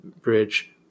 bridge